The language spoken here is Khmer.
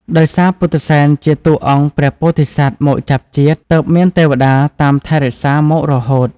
ដោយសារពុទ្ធិសែនជាតួអង្គព្រះពោធិសត្វមកចាប់ជាតិ ទើបមានទេវតាតាមថែរក្សាមករហូត។